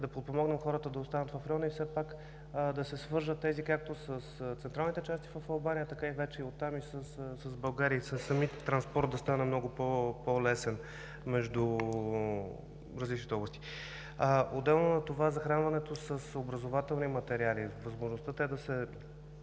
да подпомогнем хората да останат там и тези райони да се свържат както с централните части в Албания, така вече оттам и с България, и самият транспорт да стане много по-лесен между различните области. Отделно от това, захранването с образователни материали. Наистина